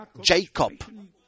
Jacob